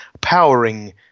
powering